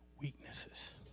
weaknesses